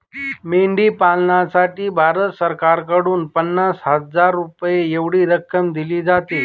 मेंढी पालनासाठी भारत सरकारकडून पन्नास हजार रुपये एवढी रक्कम दिली जाते